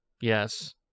Yes